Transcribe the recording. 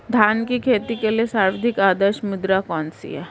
धान की खेती के लिए सर्वाधिक आदर्श मृदा कौन सी है?